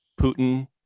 Putin